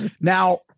Now